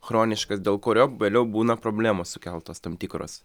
chroniškas dėl kurio vėliau būna problemos sukeltos tam tikros